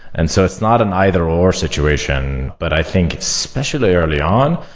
and so it's not an either or situation, but i think especially early on,